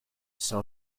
some